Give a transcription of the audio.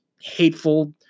hateful